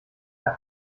der